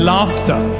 Laughter